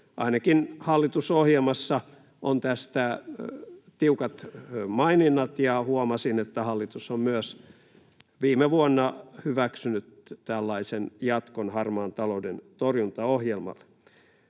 Ainakin hallitusohjelmassa on tästä tiukat maininnat, ja huomasin, että hallitus on myös viime vuonna hyväksynyt tällaisen jatkon harmaan talouden torjuntaohjelmalle.